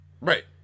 Right